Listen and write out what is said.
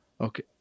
Okay